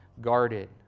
guarded